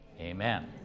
Amen